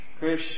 Krish